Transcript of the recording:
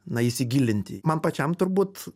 na įsigilinti man pačiam turbūt